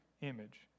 image